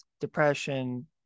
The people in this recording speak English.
depression